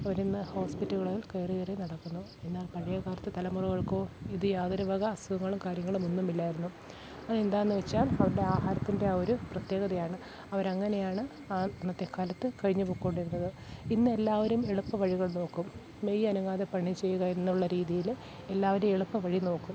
അവരിന്ന് ഹോസ്പിറ്റലുകളിൽ കയറിയിറങ്ങി നടക്കുന്നു എന്നാൽ പഴയ കാലത്ത് തലമുറകൾക്കോ ഇത് യാതൊരു വക അസുഖങ്ങളും കാര്യങ്ങളും ഒന്നുമിലായിരുന്നു അതെന്താന്നു വച്ചാൽ അവരുടെ ആഹാരത്തിൻ്റെ ആ ഒരു പ്രത്യേകതയാണ് അവരങ്ങനെയാണ് ആ അന്നത്തെ കാലത്ത് കഴിഞ്ഞ് പൊക്കോണ്ടിരുന്നത് ഇന്ന് എല്ലാവരും എളുപ്പ വഴികൾ നോക്കും മെയ്യ് അനങ്ങാതെ പണി ചെയ്യുക എന്നുള്ള രീതിയില് എല്ലാവരും എളുപ്പവഴി നോക്കും